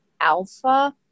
alpha